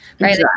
Right